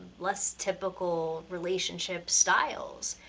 less typical relationship styles.